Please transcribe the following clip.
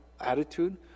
attitude